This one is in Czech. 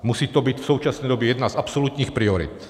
Musí to být v současné době jedna z absolutních priorit.